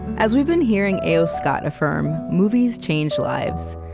as we've been hearing a o. scott affirm movies change lives.